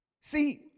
See